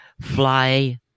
fly